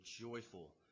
joyful